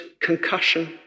concussion